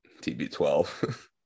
TB12